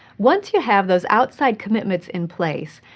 once you have those outside commitments in place.